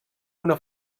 una